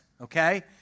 okay